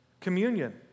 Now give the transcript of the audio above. Communion